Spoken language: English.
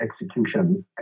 executions